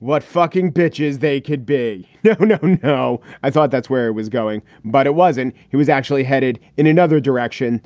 what fucking bitches they could be. no, no, no. i thought that's where it was going. but it was. and he was actually headed in another direction,